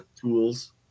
tools